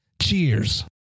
Cheers